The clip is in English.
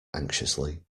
anxiously